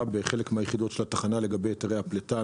בחלק מהיחידות של התחנה לגבי היתרי הפליטה.